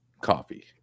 Coffee